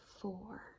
Four